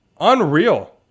Unreal